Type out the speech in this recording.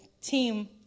team